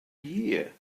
year